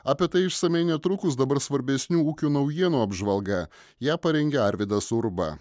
apie tai išsamiai netrukus dabar svarbesnių ūkių naujienų apžvalga ją parengė arvydas urba